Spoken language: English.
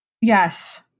Yes